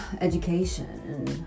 education